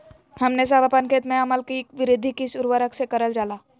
हमने सब अपन खेत में अम्ल कि वृद्धि किस उर्वरक से करलजाला?